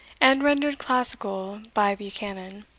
and rendered classical by buchanan,